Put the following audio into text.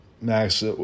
Max